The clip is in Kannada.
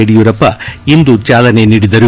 ಯಡಿಯೂರಪ್ಪ ಇಂದು ಚಾಲನೆ ನೀಡಿದರು